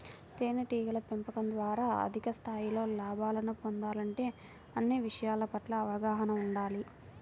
తేనెటీగల పెంపకం ద్వారా అధిక స్థాయిలో లాభాలను పొందాలంటే అన్ని విషయాల పట్ల అవగాహన ఉండాలి